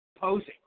posing